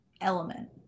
element